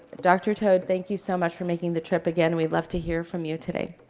dr. toedt, thank you so much for making the trip again. we'd love to hear from you today.